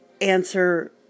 answer